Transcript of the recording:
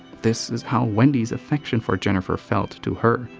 this is how wendy's affection for jennifer felt to her.